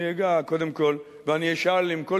אני אשאל, עם כל